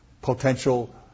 potential